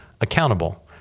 accountable